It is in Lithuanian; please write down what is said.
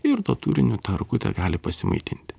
ir tuo turiniu ta erkutė gali pasimaitinti